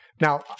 Now